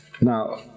Now